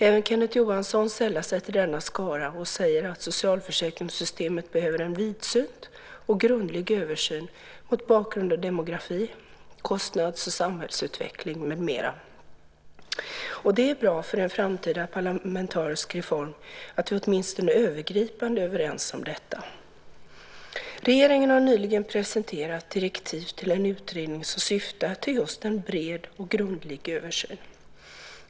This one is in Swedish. Även Kenneth Johansson sällar sig till denna skara och säger att socialförsäkringssystemet behöver en vidsynt och grundlig översyn mot bakgrund av demografi, kostnads och samhällsutveckling med mera. Det är bra för en framtida parlamentarisk reform att vi åtminstone övergripande är överens om detta. Regeringen har nyligen presenterat direktiv till en utredning som syftar till just en bred och grundlig översyn.